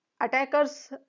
attackers